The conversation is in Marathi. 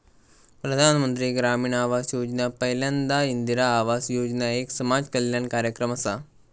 प्रधानमंत्री ग्रामीण आवास योजना पयल्यांदा इंदिरा आवास योजना एक समाज कल्याण कार्यक्रम असा